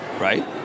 right